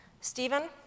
Stephen